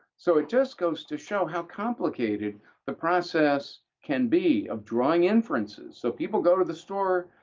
so it just goes to show how complicated the process can be of drawing inferences, so people go to the store.